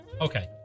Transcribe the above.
Okay